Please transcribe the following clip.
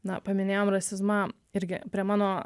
na paminėjom rasizmą irgi prie mano